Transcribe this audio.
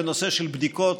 בנושא של בדיקות,